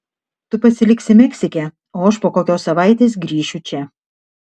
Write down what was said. tu pasiliksi meksike o aš po kokios savaitės grįšiu čia